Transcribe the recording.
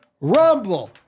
Rumble